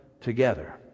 together